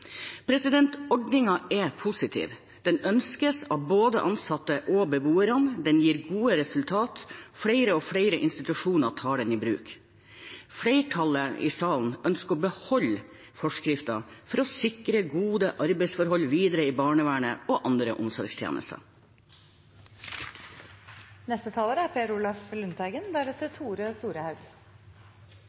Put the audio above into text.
er positiv. Den ønskes av både ansatte og beboere, den gir gode resultater, og flere og flere institusjoner tar den i bruk. Flertallet i salen ønsker å beholde forskriften for å sikre gode arbeidsforhold videre i barnevernet og andre omsorgstjenester. Et velorganisert og velregulert arbeidsliv er